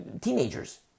teenagers